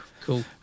cool